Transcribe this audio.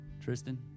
Tristan